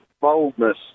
boldness